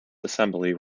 assembly